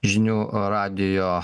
žinių radijo